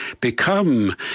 become